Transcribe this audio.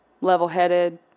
level-headed